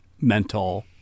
mental